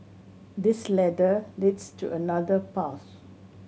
this ladder leads to another path